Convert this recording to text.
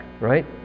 right